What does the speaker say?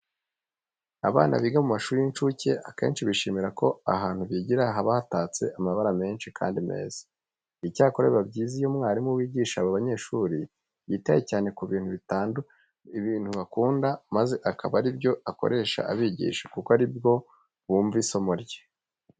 Abana biga mu mashuri y'incuke akenshi bishimira ko ahantu bigira haba hatatse amabara menshi kandi meza. Icyakora biba byiza iyo umwarimu wigisha aba banyeshuri yitaye cyane ku bintu bakunda maze akaba ari byo akoresha abigisha kuko ari bwo bumva isomo rye.